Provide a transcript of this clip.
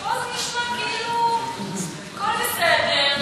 ופה זה נשמע כאילו הכול בסדר,